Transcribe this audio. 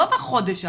לא בחודש האחרון.